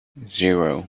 zero